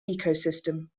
ecosystem